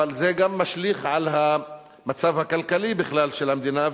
אבל זה גם משליך על המצב הכלכלי בכלל של המדינה,